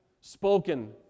spoken